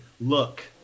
Look